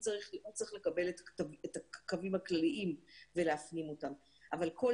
הוא צריך לקבל את הקווים הכלליים ולהפנים אותם אבל כול